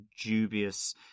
dubious